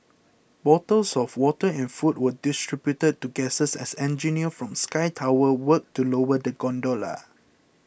bottles of water and food were distributed to guests as engineers from Sky Tower worked to lower the gondola